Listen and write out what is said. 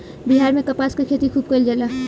बिहार में कपास के खेती खुब कइल जाला